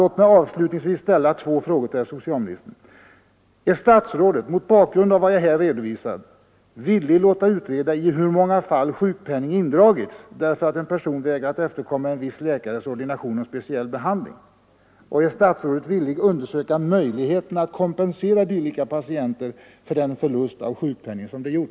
Låt mig avslutningsvis ställa två frågor till herr socialministern: Är statsrådet, mot bakgrund av vad jag här redovisat, villig att låta utreda i hur många fall sjukpenning indragits därför att en person vägrat efterkomma en viss läkares ordination om speciell behandling? Är statsrådet villig att undersöka möjligheterna att kompensera dylika patienter för den förlust av sjukpenning som de gjort?